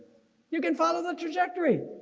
you can follow the trajectory.